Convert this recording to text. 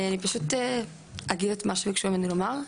אני פשוט אגיד את מה שביקשו ממני לומר,